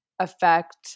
affect